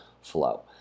flow